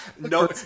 no